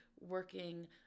working